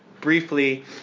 briefly